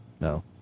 No